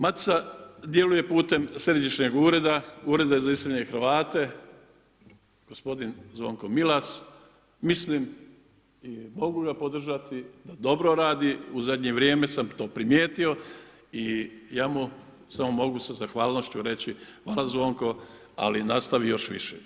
Matica djeluje putem Središnjeg ureda, Ureda za iseljene Hrvate, gospodin Zvonko Milas, mislim i mogu ga podržati da dobro radi, u zadnje vrijeme sam to primijetio i ja mu samo mogu sa zahvalnošću reći – Hvala Zvonko, ali nastavi još više.